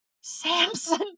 Samson